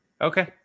Okay